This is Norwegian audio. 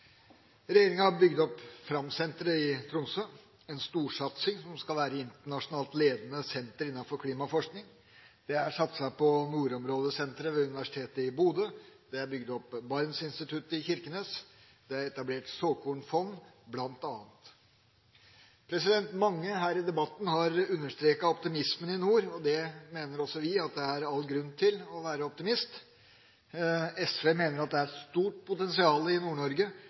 Regjeringa har bygd opp Framsenteret i Tromsø – en storsatsing som skal være et internasjonalt ledende senter innenfor klimaforskning. Det er satset på Nordområdesenteret ved Universitetet i Nordland, Bodø, Barentsinstituttet i Kirkenes er bygd opp, og det er etablert såkornfond, bl.a. Mange her i debatten har understreket optimismen i nord, og vi mener også det er all grunn til å være optimist. SV mener det er et stort potensial i